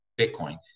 Bitcoin